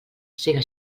siga